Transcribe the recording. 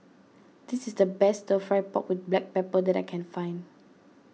this is the best Stir Fry Pork with Black Pepper that I can find